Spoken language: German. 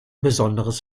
besonderes